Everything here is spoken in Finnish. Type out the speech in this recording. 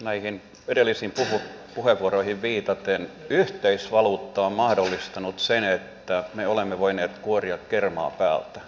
näihin edellisiin puheenvuoroihin viitaten yhteisvaluutta on mahdollistanut sen että me olemme voineet kuoria kermaa päältä